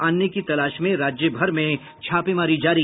अन्य की तलाश में राज्य भर में छापेमारी जारी